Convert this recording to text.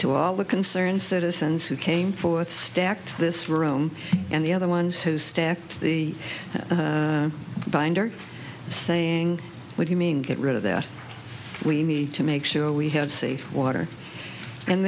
to all the concerned citizens who came forward stacked this room and the other ones who stacked the binder saying what you mean get rid of that we need to make sure we have safe water and